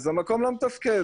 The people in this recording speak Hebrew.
המקום לא מתפקד.